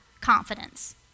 confidence